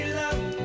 love